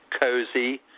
cozy